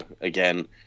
again